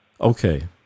Okay